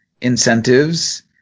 incentives